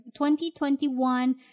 2021